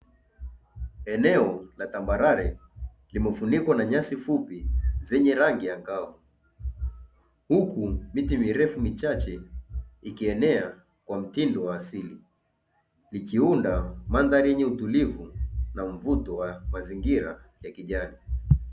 Katika kilimo cha kuzalisha mbegu bora miche ya kijani kibichi imepandwa vizuri katika eneo lilo nyooka zaidi ili kupokea virutubisho vilivyo nyooka, Kama maji na mbolea miche hii imepangwa katika uangalizi bora. Kuakikisha mbegu zinazo toka ili kuashiria kilimo kinachofuata cha kutoa mazao yenye ubora wa hali ya juu.